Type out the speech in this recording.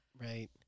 Right